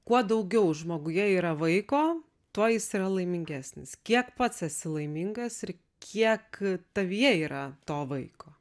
kuo daugiau žmoguje yra vaiko tuo jis yra laimingesnis kiek pats esi laimingas ir kiek tavyje yra to vaiko